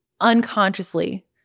unconsciously